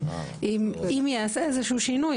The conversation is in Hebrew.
אם ייעשה איזה שהוא שינוי,